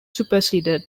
superseded